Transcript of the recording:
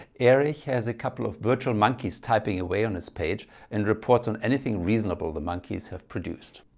erich has a couple of virtual monkeys typing away on his page and reports on anything reasonable the monkeys have produced.